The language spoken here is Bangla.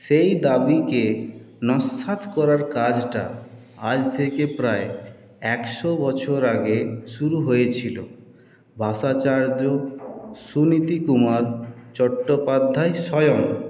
সেই দাবিকে নসাৎ করার কাজটা আজ থেকে প্রায় একশো বছর আগে শুরু হয়েছিলো ভাষাচার্য সুনীতিকুমার চট্টোপাধ্যায় স্বয়ং